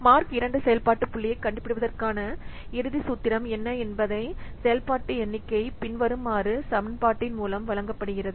mark II செயல்பாட்டு புள்ளியைக் கண்டுபிடிப்பதற்கான இறுதி சூத்திரம் என்ன என்பதை செயல்பாட்டு எண்ணிக்கை பின்வரும் சமன்பாட்டின் மூலம் வழங்கப்படுகிறது